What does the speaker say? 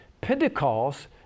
Pentecost